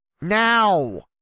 Now